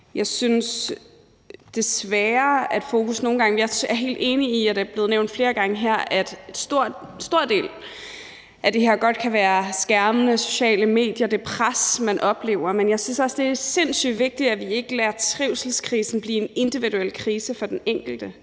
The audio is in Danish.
Jeg er også helt enig i, som det også er blevet nævnt flere gange her, at en stor del af det godt kan være på grund af skærmene, de sociale medier, det pres, man oplever, men jeg synes også, det er sindssygt vigtigt, at vi ikke lader trivselskrisen blive en individuel krise for den enkelte.